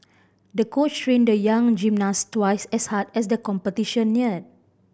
the coach trained the young gymnast twice as hard as the competition near